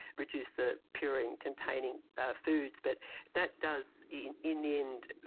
reduce the purine containing foods, but that does, in in the end,